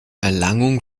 erlangung